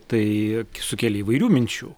tai sukėlė įvairių minčių